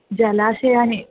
जलाशयानि